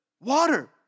water